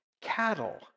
cattle